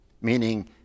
meaning